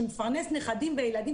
שמפרנס נכדים וילדים,